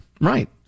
Right